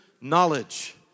knowledge